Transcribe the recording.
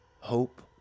Hope